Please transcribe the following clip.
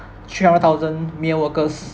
three hundred thousand male workers